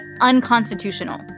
unconstitutional